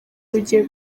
rugiye